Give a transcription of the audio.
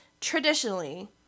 traditionally